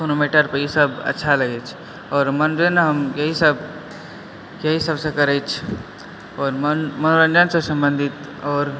कोनो मैटरपर ईसभ अच्छा लगैत अछि आओर मनोरञ्जन हम एहिसभ एहिसभसँ करैत अछि आओर मनोरञ्जनसँ सम्बंधित आओर